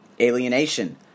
alienation